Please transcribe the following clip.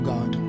God